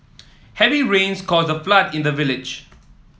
heavy rains caused a flood in the village